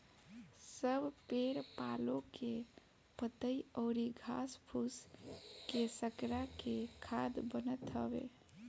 सब पेड़ पालो के पतइ अउरी घास फूस के सड़ा के खाद बनत हवे